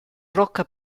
rocca